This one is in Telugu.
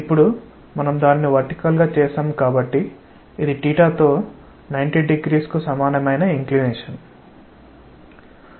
ఇప్పుడు మనం దానిని వర్టికల్ గా చేసాం కాబట్టి ఇది తో900 కు సమానమైన ఇంక్లినేషన్